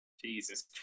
Jesus